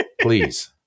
please